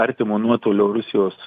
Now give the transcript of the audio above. artimo nuotolio rusijos